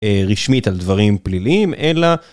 רשמית על דברים פליליים, אלא...